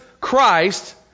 Christ